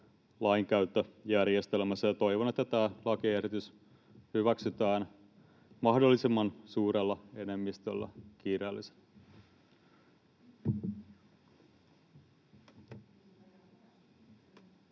lainkäyttöjärjestelmässä. Toivon, että tämä lakiesitys hyväksytään mahdollisimman suurella enemmistöllä kiireellisenä.